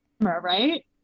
right